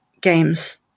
games